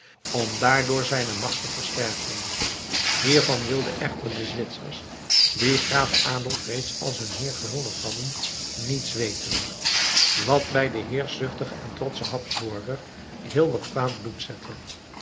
om daardoor zijne macht te versterken hiervan wilden echter de zwitsers die graaf adolf reeds als hun heer gehuldigd hadden niets weten wat bij den heerschzuchtigen en trotschen habsburger heel wat kwaad bloed zette